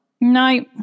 No